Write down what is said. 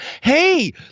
Hey